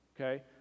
okay